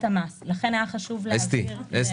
והיה חשוב להבהיר.